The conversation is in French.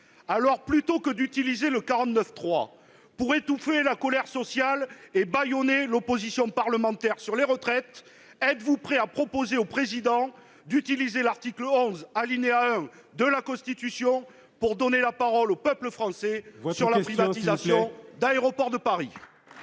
Aussi, plutôt que d'utiliser le 49-3 pour étouffer la colère sociale et bâillonner l'opposition parlementaire sur les retraites, êtes-vous prêt à proposer au Président de la République d'utiliser l'article 11, alinéa 1 de la Constitution, pour donner la parole au peuple français sur la privatisation d'Aéroports de Paris ?